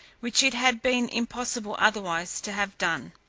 which it had been impossible otherwise to have done.